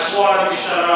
חשבו על המשטרה,